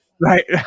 Right